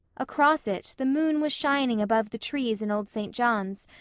across it the moon was shining above the trees in old st. john's,